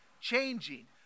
changing